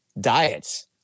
diets